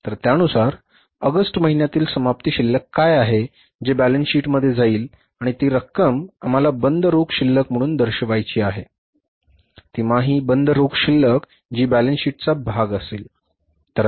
तर त्यानुसार ऑगस्ट महिन्यातील समाप्ती शिल्लक काय आहे जे बॅलन्स शीटमध्ये जाईल आणि ती रक्कम आम्हाला बंद रोख शिल्लक म्हणून दर्शवायची आहे तिमाही बंद रोख शिल्लक जी बॅलन्स शीटचा भाग असेल बरोबर